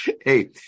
Hey